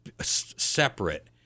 separate